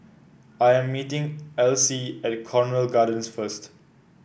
I am meeting Alcie at Cornwall Gardens first